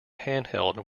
handheld